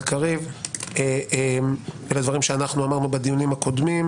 קריב ולדברים שאנחנו אמרנו בדיונים הקודמים,